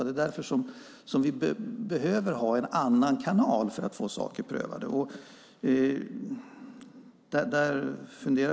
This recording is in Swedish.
Det är därför vi behöver ha en annan kanal för att få saker prövade.